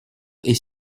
est